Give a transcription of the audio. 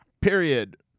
Period